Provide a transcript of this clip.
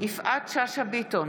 יפעת שאשא ביטון,